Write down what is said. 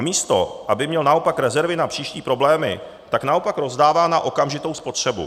Místo aby měl naopak rezervy na příští problémy, tak naopak rozdává na okamžitou spotřebu.